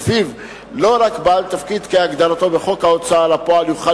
ולפיו לא רק בעל תפקיד כהגדרתו בחוק ההוצאה לפועל יוכל